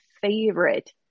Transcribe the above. favorite